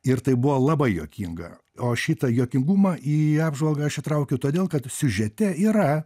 ir tai buvo labai juokinga o šitą juokingumą į apžvalgą aš įtraukiau todėl kad siužete yra